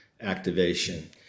activation